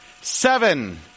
Seven